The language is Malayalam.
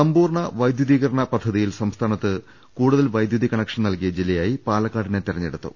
സമ്പൂർണ്ണ വൈദ്യുതീകരണ പദ്ധതിയിൽ സംസ്ഥാനത്ത് കൂടുതൽ വൈദ്യുതി കണക്ഷൻ നൽകിയ ജില്ലയായി പാലക്കാടിനെ തെരഞ്ഞെടുത്തു